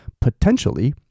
potentially